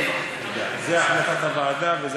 זאת החלטת הוועדה.